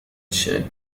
الشاي